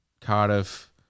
Cardiff